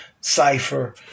cipher